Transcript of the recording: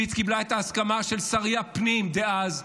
והיא קיבלה את ההסכמה של שרי הפנים דאז,